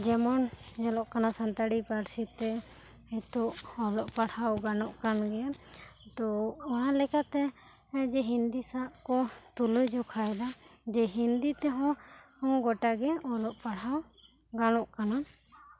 ᱡᱮᱢᱚᱱ ᱧᱮᱞᱚᱜ ᱠᱟᱱᱟ ᱥᱟᱱᱛᱟᱲᱤ ᱯᱟᱹᱲᱥᱤ ᱛᱮ ᱱᱤᱛᱚᱜ ᱚᱞᱚᱜ ᱯᱟᱲᱦᱟᱜ ᱜᱟᱱᱚᱜ ᱠᱟᱱ ᱜᱤᱭᱟ ᱛᱚ ᱚᱱᱟ ᱞᱮᱠᱟᱛᱮ ᱛᱮ ᱡᱮ ᱦᱤᱱᱫᱤ ᱥᱟᱶ ᱠᱚ ᱛᱩᱞᱟᱹ ᱡᱚᱠᱷᱟᱭ ᱮᱫᱟ ᱡᱮ ᱦᱤᱱᱫᱤ ᱛᱮ ᱦᱚᱸ ᱜᱚᱴᱟ ᱜᱮ ᱚᱞᱚᱜ ᱯᱟᱲᱦᱟᱣ ᱜᱟᱱᱚᱜ ᱠᱟᱱᱟ